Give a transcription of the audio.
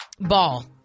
ball